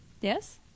Yes